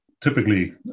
Typically